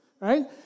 right